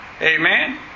Amen